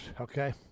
Okay